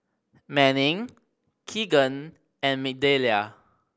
Manning Kegan and Migdalia